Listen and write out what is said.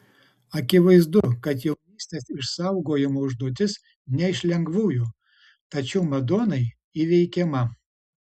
akivaizdu kad jaunystės išsaugojimo užduotis ne iš lengvųjų tačiau madonai įveikiama